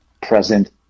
present